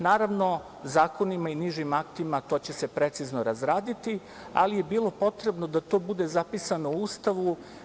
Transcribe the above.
Naravno, zakonima i bližim aktima to će se precizno razraditi, ali je bilo potrebno da to bude zapisano u Ustavu.